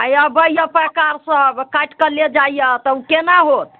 आ अबैया पैकार सभ काटिके ले जाइया तऽ केना होयत